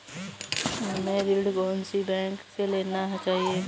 हमें ऋण कौन सी बैंक से लेना चाहिए?